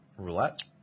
Roulette